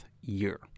year